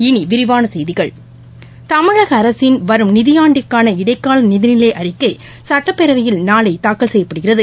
இனிவிரிவானசெய்திகள் தமிழகஅரசின் வரும் நிதிஆண்டிற்கான இடைக்காலநிதிநிலைஅறிக்கைசட்டப்பேரவையில் நாளைதாக்கல் செய்யப்படுகிறது